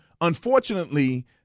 unfortunately